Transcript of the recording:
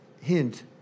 hint